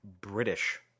british